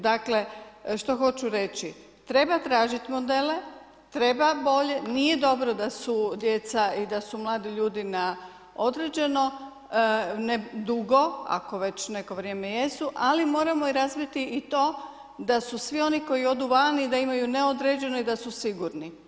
Dakle, što hoću reći, treba tražiti modele, treba bolje, nije dobro da su djeca i da su mladi ljudi na određeno, ne dugo, ako već neko vrijeme jesu ali moramo razviti i to da su svi oni koji odu vani i da imaju neodređeno i da su sigurni.